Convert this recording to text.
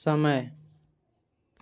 समय